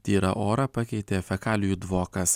tyrą orą pakeitė fekalijų dvokas